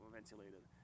ventilated